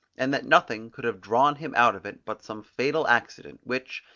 and that nothing could have drawn him out of it but some fatal accident, which,